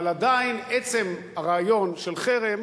אבל עדיין עצם הרעיון של חרם